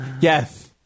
Yes